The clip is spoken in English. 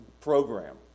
program